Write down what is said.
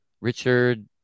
Richard